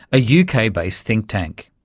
a uk-based think-tank.